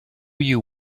you